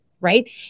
Right